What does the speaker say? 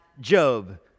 Job